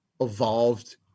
evolved